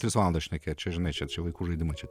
tris valandas šnekėt čia žinai čia čia vaikų žaidimai čia